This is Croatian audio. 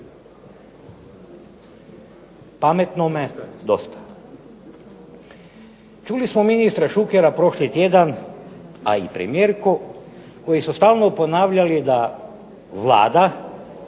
Pametnome dosta. Čuli smo ministra Šukera prošli tjedan, a i premijerku, koji su stalno ponavljali da vlada,